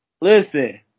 Listen